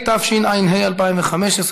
התשע"ה 2015,